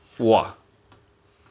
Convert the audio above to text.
!wah!